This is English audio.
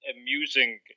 amusing